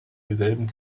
dieselben